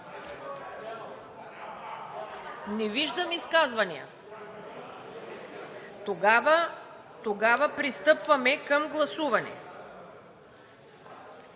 Не виждам изказвания. Тогава пристъпваме към гласуване.